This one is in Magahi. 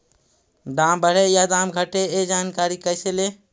दाम बढ़े या दाम घटे ए जानकारी कैसे ले?